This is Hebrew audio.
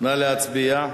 נא להצביע.